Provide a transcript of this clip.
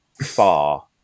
far